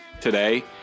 today